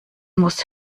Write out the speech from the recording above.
muss